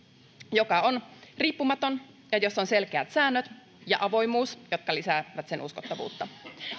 joka on riippumaton ja jossa on selkeät säännöt ja avoimuus jotka lisäävät sen uskottavuutta